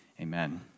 Amen